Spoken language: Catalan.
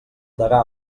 degà